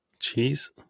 Cheese